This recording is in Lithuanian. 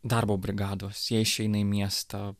darbo brigados jie išeina į miestą